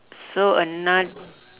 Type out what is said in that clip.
so anot~